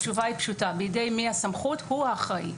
התשובה היא פשוטה: בידי מי הסמכות הוא האחראי.